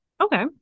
Okay